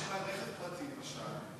מי שבא ברכב פרטי, למשל.